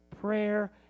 prayer